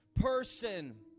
person